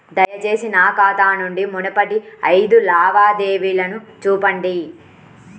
దయచేసి నా ఖాతా నుండి మునుపటి ఐదు లావాదేవీలను చూపండి